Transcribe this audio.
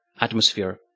atmosphere